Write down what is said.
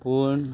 पूण